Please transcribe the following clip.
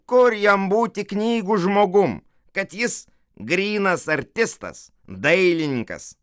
kur jam būti knygų žmogum kad jis grynas artistas dailininkas